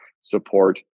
support